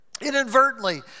inadvertently